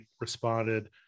responded